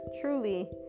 truly